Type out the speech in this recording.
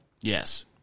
Yes